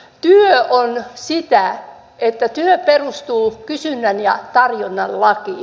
työ on sitä että työ perustuu kysynnän ja tarjonnan lakiin